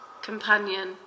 Companion